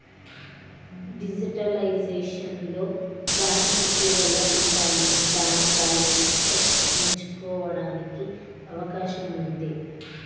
digitalisation లో, బ్యాంకుకు వెళ్లకుండానే బ్యాంక్ బ్యాలెన్స్ చెక్ ఎంచుకోవడానికి అవకాశం ఉంది